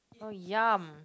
oh Yam